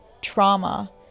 trauma